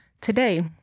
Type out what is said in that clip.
today